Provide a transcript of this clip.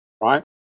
right